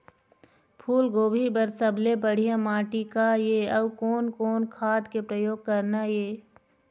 फूलगोभी बर सबले बढ़िया माटी का ये? अउ कोन कोन खाद के प्रयोग करना ये?